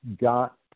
got